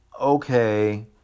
okay